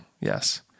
Yes